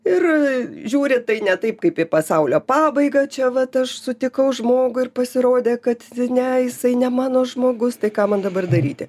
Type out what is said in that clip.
ir žiūri tai ne taip kaip į pasaulio pabaigą čia vat aš sutikau žmogų ir pasirodė kad ne jisai ne mano žmogus tai ką man dabar daryti